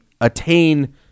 attain